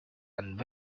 and